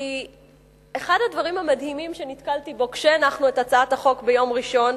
כי אחד הדברים המדהימים שנתקלתי בהם כשהנחנו את הצעת החוק ביום ראשון,